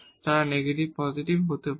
তারা negative positive হতে পারে